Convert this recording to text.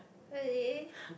really